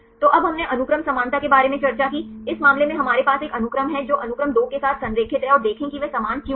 तो अब हमने अनुक्रम समानता के बारे में चर्चा की इस मामले में हमारे पास एक अनुक्रम है जो अनुक्रम दो के साथ संरेखित है और देखें कि वे समान क्यों हैं